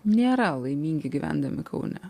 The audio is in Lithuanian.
nėra laimingi gyvendami kaune